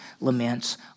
laments